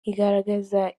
igaragaza